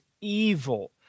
evil